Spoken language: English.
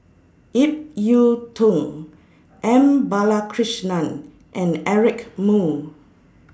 Ip Yiu Tung M Balakrishnan and Eric Moo